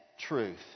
truth